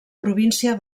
província